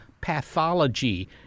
pathology